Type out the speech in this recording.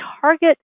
target